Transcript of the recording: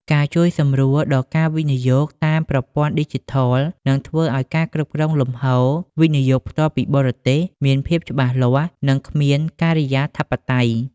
ការជួយសម្រួលដល់ការវិនិយោគតាមប្រព័ន្ធឌីជីថល នឹងធ្វើឱ្យការគ្រប់គ្រងលំហូរ វិនិយោគផ្ទាល់ពីបរទេស មានភាពច្បាស់លាស់ និងគ្មានការិយាធិបតេយ្យ។